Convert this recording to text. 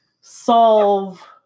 solve